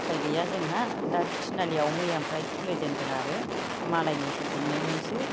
उफाय गैया जोंहा दा तिनालियाव मैयानिफ्राय खुलिजेनदों आरो मालायनिसो बिमायंनिसो